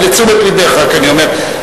לתשומת לבך אני אומר.